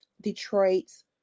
Detroit's